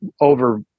over